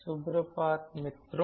सुप्रभात मित्रों